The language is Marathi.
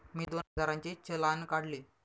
मी दोन हजारांचे चलान काढले